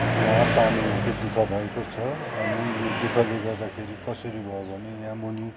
यहाँ पानीको असुविधा भएको छ अनि यो दुःखले गर्दाखेरि कसरी भयो भने याँ मुनि